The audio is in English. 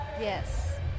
Yes